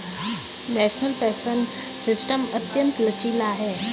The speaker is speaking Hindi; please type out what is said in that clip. नेशनल पेंशन सिस्टम अत्यंत लचीला है